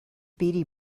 beady